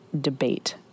debate